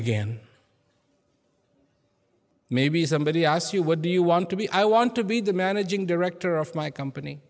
again maybe somebody asked you what do you want to be i want to be the managing director of my company